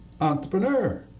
entrepreneur